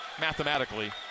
mathematically